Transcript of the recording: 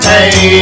Hey